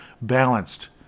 balanced